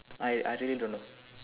I I really don't know